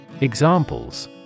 Examples